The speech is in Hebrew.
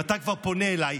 אם אתה כבר פונה אליי,